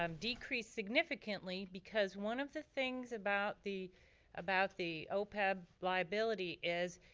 um decreased significantly, because one of the things about the about the opeb liability is,